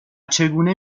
چگونه